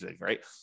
right